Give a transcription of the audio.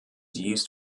used